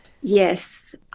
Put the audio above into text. Yes